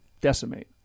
decimate